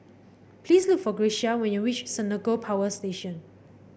please look for Grecia when you reach Senoko Power Station